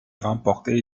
remporté